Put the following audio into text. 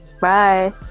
bye